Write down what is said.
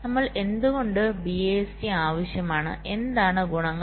നമുക്ക് എന്തുകൊണ്ട് BIST ആവശ്യമാണ് എന്താണ് ഗുണങ്ങൾ